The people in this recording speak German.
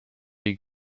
die